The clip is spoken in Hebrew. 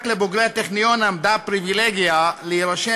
רק לבוגרי הטכניון עמדה הפריבילגיה להירשם